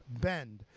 Bend